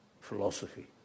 philosophy